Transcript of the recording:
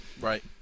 Right